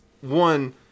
One